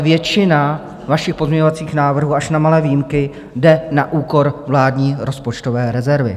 Většina vašich pozměňovacích návrhů až na malé výjimky jde na úkor vládní rozpočtové rezervy.